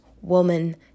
woman